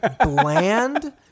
bland